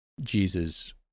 Jesus